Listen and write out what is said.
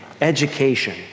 education